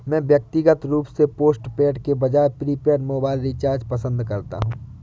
मैं व्यक्तिगत रूप से पोस्टपेड के बजाय प्रीपेड मोबाइल रिचार्ज पसंद करता हूं